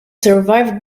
survived